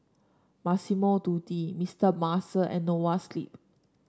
Massimo Dutti Mister Muscle and Noa Sleep